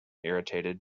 irritated